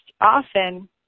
often